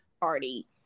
party